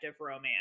romance